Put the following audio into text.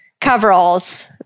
coveralls